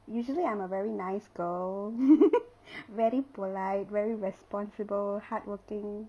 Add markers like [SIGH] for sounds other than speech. usually I'm a very nice girl [NOISE] very polite very responsible hardworking